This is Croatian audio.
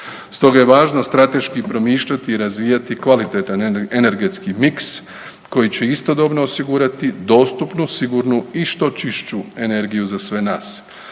Stoga je važno strateški promišljati i razvijati kvalitetan energetski miks koji će istodobno osigurati dostupnu, sigurnu i što čišću energiju za sve nas.